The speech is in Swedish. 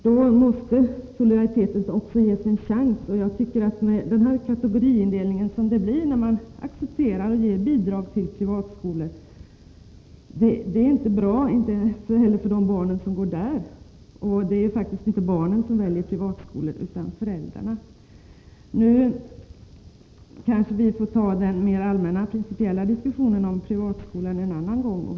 Då måste också solidariteten ges en chans. När man accepterar och ger bidrag till privatskolor får man en kategoriindelning som inte är bra, inte heller för de barn som går i dessa skolor. Det är faktiskt inte barnen som väljer privatskolor, utan föräldrarna. Vi kanske får ta den mer allmänna, principiella diskussionen om privatskolor en annan gång.